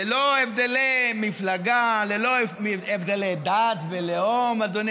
ללא הבדלי מפלגה, ללא הבדלי דת ולאום, אדוני